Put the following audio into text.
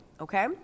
okay